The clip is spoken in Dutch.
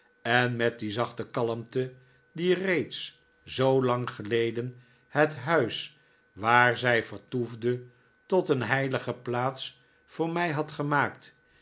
en met die zachte kalmte die reeds zoo lang geleden het huis waar zij vertoefde tot een heilige plaats voor mij had gemaakt